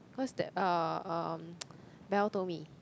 cause that uh um Bel told me